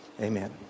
Amen